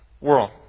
world